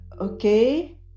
okay